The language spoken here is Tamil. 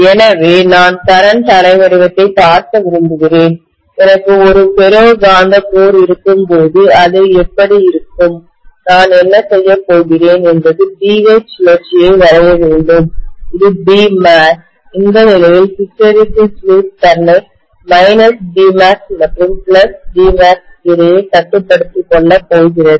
எனவே நான் கரண்ட் அலைவடிவத்தைப் பார்க்க விரும்புகிறேன் எனக்கு ஒரு ஃபெரோ காந்த கோர் இருக்கும்போது அது எப்படி இருக்கும் நான் என்ன செய்யப் போகிறேன் என்பது BH சுழற்சியை வரைய வேண்டும்இது Bmax இந்த நிலையில் ஹிஸ்டெரெஸிஸ் லூப் தன்னை Bmax மற்றும் Bmax இடையே கட்டுப்படுத்திக் கொள்ளப்போகிறது